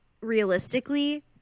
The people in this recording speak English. realistically